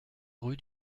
rue